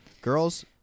girls